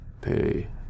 pay